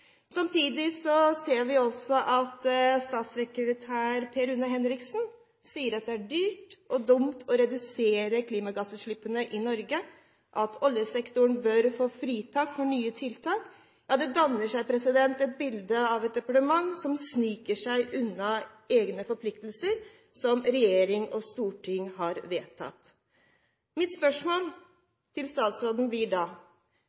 Samtidig ser vi også at statssekretær Per Rune Henriksen sier at det er dyrt og dumt å redusere klimagassutslippene i Norge, og at oljesektoren bør få fritak for nye tiltak. Ja, det danner seg et bilde av et departement som sniker seg unna egne forpliktelser, som regjering og storting har vedtatt. Mitt spørsmål til statsråden blir da: